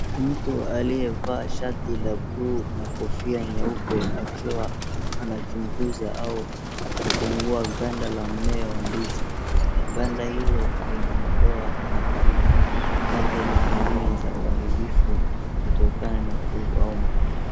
Mtu aliyevalia shati ya buluu na kofia nyeupe akiwa anachunguza au akiwa anafungua ganda la mmea wa ndizi. Ganda hilo lina madoa na tundu labda ni dalili za uharibufu kutokana na wadudu au ugonjwa.